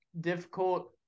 difficult